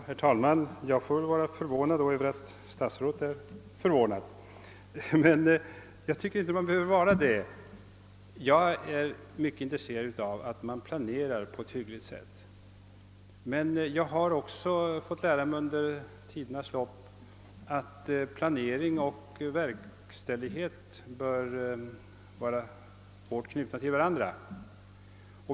Herr talman! Jag får väl vara förvånad över att statsrådet är förvånad, ty jag tycker inte att man behöver vara det. Jag är mycket intresserad av att man planerar på ett hyggligt sätt, men jag har också under tidens lopp fått lära mig att planering och verkställighet bör vara hårt knutna till varandra.